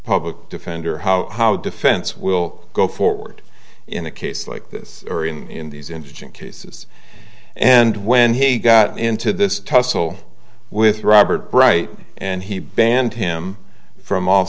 public defender how how defense will go forward in a case like this are in these interesting cases and when he got into this tussle with robert bright and he banned him from